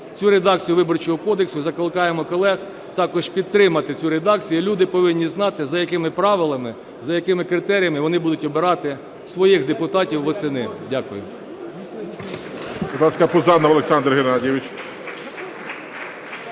цю редакцію Виборчого кодексу і закликаємо колег також підтримати цю редакцію. Люди повинні знати, за якими правилами, за якими критеріями вони будуть обирати своїх депутатів восени. Дякую.